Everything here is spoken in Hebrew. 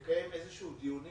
לקיים איזשהם דיונים